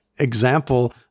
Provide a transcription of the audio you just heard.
Example